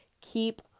Keep